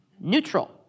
neutral